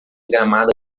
gramada